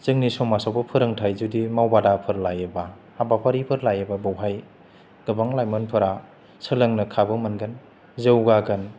जोंनि समाजावबो फोरोंथाइ जुदि माव बादाफोर लायोबा हाबाफारिफोर लायोबा बावहाय गोबां लाइमोनफोरा सोलोंनो खाबु मोनगोन जौगागोन